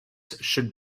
should